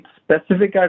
specific